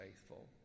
faithful